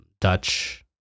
Dutch